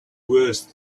worse